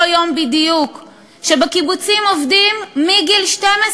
יום בדיוק שבקיבוצים עובדים מגיל 12,